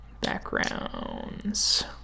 Backgrounds